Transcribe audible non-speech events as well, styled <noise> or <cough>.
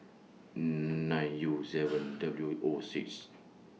nine U seven <noise> W O six